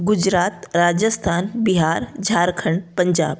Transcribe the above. Gujarat Rajasthan Bihar Jharkhand Punjab